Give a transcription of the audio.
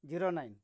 zero nine